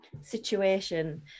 situation